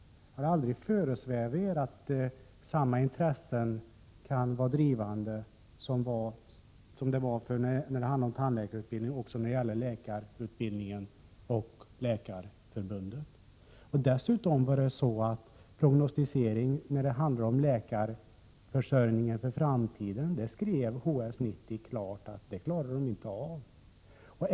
Har det aldrig föresvävat er att samma intressen som var drivande när det gällde tandläkarutbildningen också kan finnas med när det gäller läkarutbildningen och Läkarförbundet? Jag kan också peka på att HS 90 uttalade klart att man inte klarade av prognosticering avseende läkarförsörjningen inför framtiden.